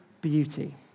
beauty